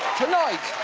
tonight.